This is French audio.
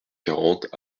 quarante